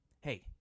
Hey